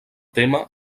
tema